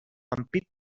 ampit